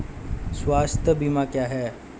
स्वास्थ्य बीमा क्या है?